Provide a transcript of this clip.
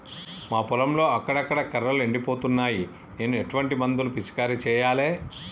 మా పొలంలో అక్కడక్కడ కర్రలు ఎండిపోతున్నాయి నేను ఎటువంటి మందులను పిచికారీ చెయ్యాలే?